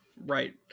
Right